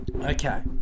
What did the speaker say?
okay